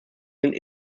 sind